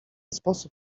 sposób